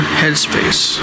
headspace